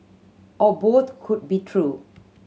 or both could be true